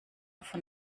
von